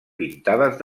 pintades